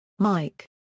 Mike